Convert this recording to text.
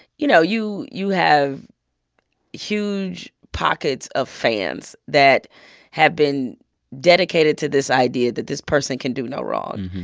you know, you you have huge pockets of fans that have been dedicated to this idea that this person can do no wrong.